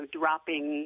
dropping